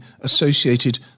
associated